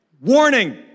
warning